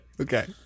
Okay